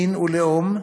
מין ולאום.